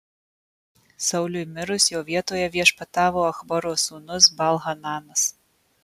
sauliui mirus jo vietoje viešpatavo achboro sūnus baal hananas